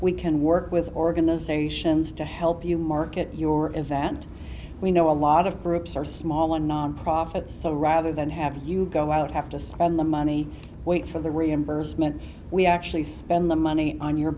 we can work with organizations to help you market your invent we know a lot of groups are small and nonprofit so rather than have you go out have to spend the money wait for the reimbursement we actually spend the money on your